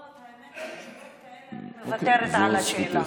לא, האמת שעל שאלות כאלה, אני מוותרת על השאלה.